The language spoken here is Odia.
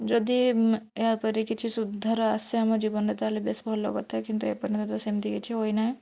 ଯଦି ୟାପରେ କିଛି ସୁବିଧାର ଆଶା ମୋ ଜୀବନରେ ତାହେଲେ ବେସ୍ ଭଲ କଥା କିନ୍ତୁ ଏପର୍ଯ୍ୟନ୍ତ ସେମିତି କିଛି ହୋଇନାହିଁ